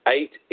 Eight